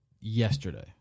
yesterday